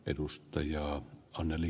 edustaja anneli